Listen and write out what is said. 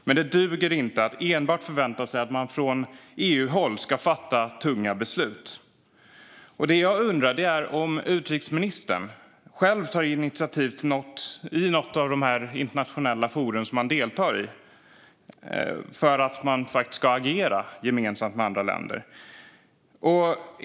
Men det duger inte att enbart förvänta sig att man från EU-håll ska fatta tunga beslut. Det jag undrar är om utrikesministern själv tar initiativ i något av de internationella forum som han deltar i för att man faktiskt ska agera gemensamt med andra länder.